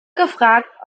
gefragt